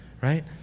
right